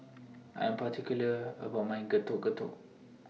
I Am particular about My Getuk Getuk